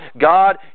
God